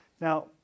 now